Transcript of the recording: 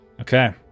Okay